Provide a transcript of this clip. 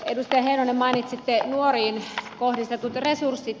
edustaja heinonen mainitsitte nuoriin kohdistetut resurssit